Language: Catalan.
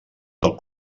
del